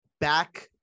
back –